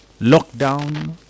lockdown